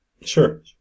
Sure